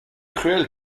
cruel